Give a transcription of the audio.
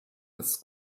als